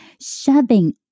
shoving